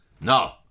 No